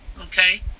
Okay